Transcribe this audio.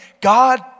god